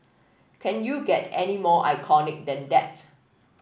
can you get any more iconic than that